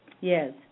Yes